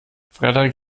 frederik